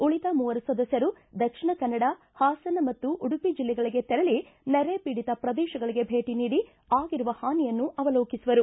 ಉಳಿದ ಮೂವರು ಸದಸ್ಟರು ದಕ್ಷಿಣ ಕನ್ನಡ ಹಾಸನ ಮತ್ತು ಉಡುಪಿ ಜಿಲ್ಲೆಗಳಿಗೆ ತೆರಳಿ ನೆರೆಪೀಡಿತ ಪ್ರದೇಶಗಳಿಗೆ ಭೇಟ ನೀಡಿ ಆಗಿರುವ ಹಾನಿಯನ್ನು ಅವಲೋಕಿಸುವರು